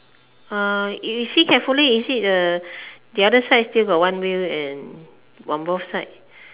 uh you see carefully is it the the other side still got one wheel and on both side